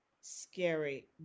scary